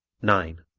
nine.